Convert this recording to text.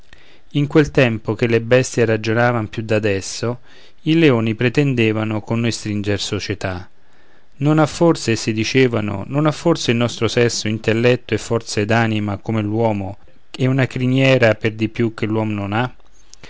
in quel tempo che le bestie ragionavan più d'adesso i leoni pretendevano con noi stringer società non ha forse essi dicevano non ha forse il nostro sesso intelletto e forza ed anima come l'uomo e una criniera per di più che l'uom non ha